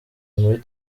muri